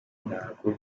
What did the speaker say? ntago